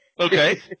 Okay